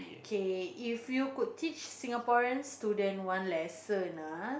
okay if you could teach Singaporean student one lesson ah